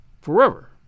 Forever